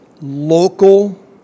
local